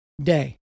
day